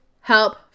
help